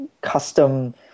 custom